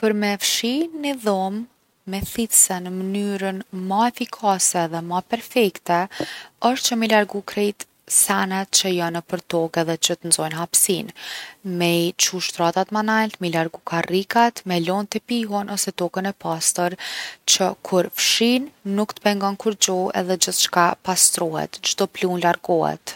Për me fshi ni dhomë me thithse në mënyren ma efikase e ma perfekte osht që me i largu krejt senet që jon nëpër tokë edhe që t’nxojnë hapsinë. Me i qu shtratat ma nalt, me i largu karrikat, me e lon tepihun ose tokën të pastër që kur fshin nuk t’pengon kurgjo edhe gjithçka pastrohet. çdo pluhun largohet.